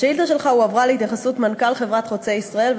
השאילתה שלך הועברה להתייחסות מנכ"ל חברת "חוצה ישראל",